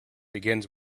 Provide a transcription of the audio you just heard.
begins